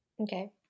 Okay